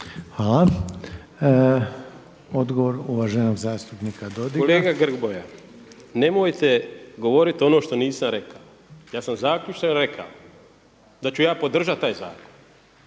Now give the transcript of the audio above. Hvala. Odgovor uvaženog zastupnika Dodiga. **Dodig, Goran (HDS)** Kolega Grmoja nemojte govoriti ono što nisam rekao, ja sam zaključno rekao da ću ja podržati taj zakon